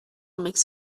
makes